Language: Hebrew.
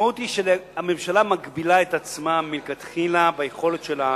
המשמעות היא שהממשלה מגבילה את עצמה מלכתחילה ביכולת שלה